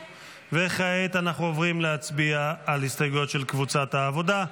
וכעת אנחנו עוברים להצביע על הסתייגות של קבוצת העבודה,